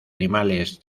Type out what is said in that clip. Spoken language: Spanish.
animales